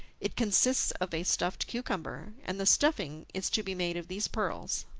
it consists of a stuffed cucumber, and the stuffing is to be made of these pearls.